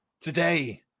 Today